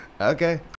Okay